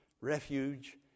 refuge